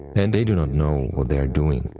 and they do not know what they are doing,